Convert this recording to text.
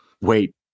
wait